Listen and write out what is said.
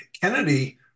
Kennedy